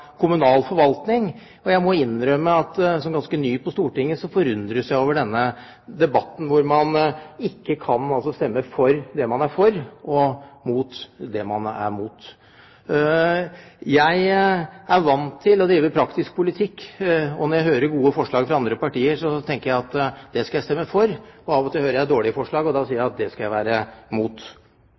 kommunal forvaltning, og jeg må innrømme at som ganske ny på Stortinget forundres jeg over denne debatten hvor man ikke kan stemme for det man er for, og mot det man er mot. Jeg er vant til å drive praktisk politikk, og når jeg hører gode forslag fra andre partier, tenker jeg at det skal jeg stemme for, og av og til hører jeg dårlige forslag, og da sier jeg at det skal jeg være mot.